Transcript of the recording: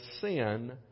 sin